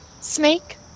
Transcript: snake